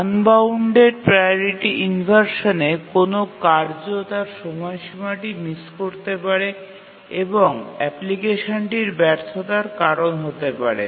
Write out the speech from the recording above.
unbounded priority ইনভারসানে কোনও কার্য তার সময়সীমাটি মিস করতে পারে এবং অ্যাপ্লিকেশনটির ব্যর্থতার কারণ হতে পারে